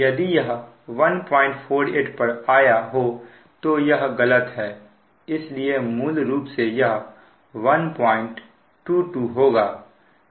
यदि यह 148 पर आया हो तो यह गलत है इसलिए मूल रूप से यह 122 होगा